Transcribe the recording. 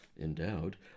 endowed